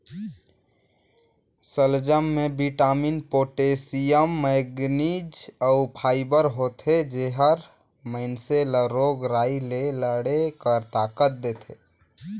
सलजम में vitamin, potassium, manganese अउ फाइबर होथे जेहर मइनसे ल रोग राई ले लड़े कर ताकत देथे